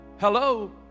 Hello